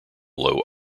low